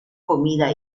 comida